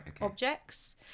objects